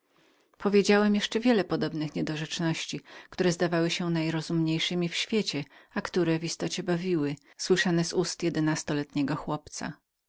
powiedziałem jeszcze wiele podobnych niedorzeczności które zdawały mi się najrozumniejszemi a które w istocie bawiły słyszane z ust jedenastoletniego chłopca